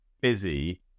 busy